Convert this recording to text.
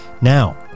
Now